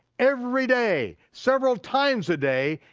every day, several times a day,